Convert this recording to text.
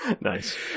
Nice